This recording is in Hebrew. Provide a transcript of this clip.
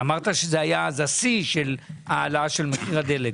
אמרת שאז זה היה השיא של ההעלאה של מחיר הדלק.